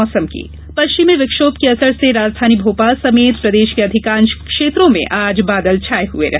मौसम पश्चिमी विक्षोभ के असर से राजधानी भोपाल समेत प्रदेश के अधिकांश क्षेत्रों में आज बादल छाये हुए हैं